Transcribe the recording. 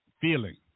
feeling